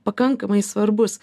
pakankamai svarbus